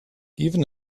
even